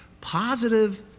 Positive